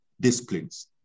disciplines